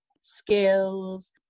skills